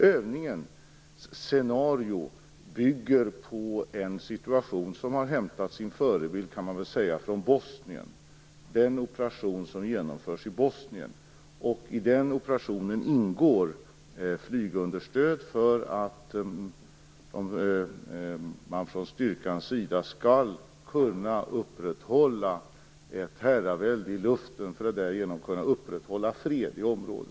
Övningens scenario bygger på en situation som har hämtat sin förebild från den operation som genomförs i Bosnien. I den operationen ingår flygunderstöd för att styrkan skall kunna upprätthålla ett herravälde i luften för att därigenom kunna upprätthålla fred i området.